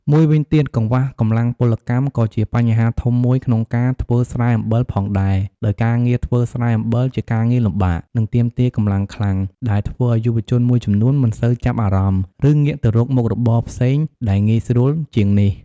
មួយវិញទៀតកង្វះកម្លាំងពលកម្មក៏ជាបញ្ហាធំមួយក្នុងការធ្វើស្រែអំបិលផងដែរ ដោយការងារធ្វើស្រែអំបិលជាការងារលំបាក និងទាមទារកម្លាំងខ្លាំង ដែលធ្វើឱ្យយុវជនមួយចំនួនមិនសូវចាប់អារម្មណ៍ ឬងាកទៅរកមុខរបរផ្សេងដែលងាយស្រួលជាងនេះ។